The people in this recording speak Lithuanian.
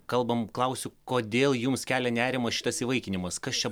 kalbam klausiu kodėl jums kelia nerimą šitas įvaikinimas kas čia